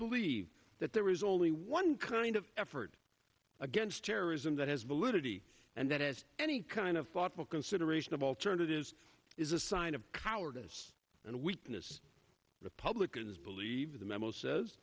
believe that there is only one kind of effort against terrorism that has validity and that as any kind of thoughtful consideration of alternatives is a sign of cowardice and weakness republicans believe the memo says